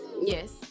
Yes